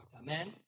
Amen